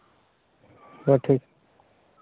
ᱦᱮᱸ ᱴᱷᱤᱠ